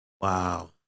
wow